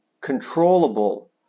controllable